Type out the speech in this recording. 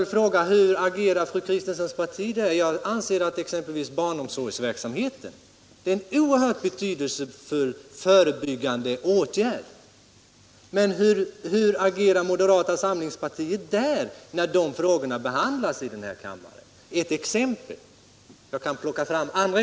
Hur agerar fru Kristenssons parti där? Jag anser att t.ex. barnomsorgsverksamheten är oerhört betydelsefull i förebyggande syfte, men hur agerar moderata samlingspartiet när de frågorna behandlas i den här kammaren? —- Det är ett exempel. Jag kan plocka fram många.